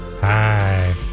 Hi